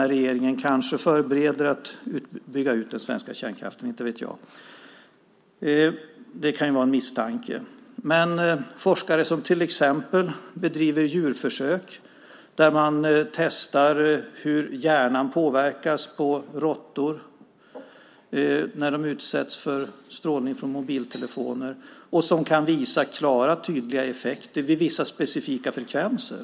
Regeringen kanske förbereder att bygga ut den svenska kärnkraften. Inte vet jag. Det kan vara en misstanke. Det finns forskare som bedriver djurförsök och testar hur hjärnan påverkas på råttor när de utsätts för strålning från mobiltelefoner och som kan visa klara tydliga effekter vid vissa specifika frekvenser.